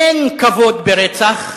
אין כבוד בְּרצח,